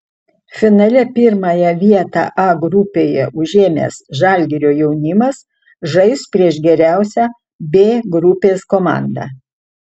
finale pirmąją vietą a grupėje užėmęs žalgirio jaunimas žais prieš geriausią b grupės komandą